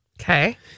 Okay